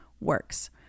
works